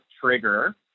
trigger